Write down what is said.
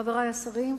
חברי השרים,